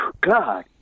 God